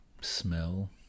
smell